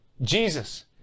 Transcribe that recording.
Jesus